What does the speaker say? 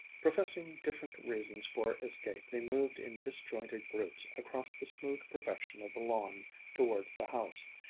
professing different reasons for escape, they moved in disjointed groups across the smooth perfection of the lawn towards the house,